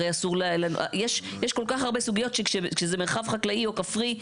הרי אסור --- יש כל כך הרבה סוגיות כשזה במרחב חקלאי או כפרי.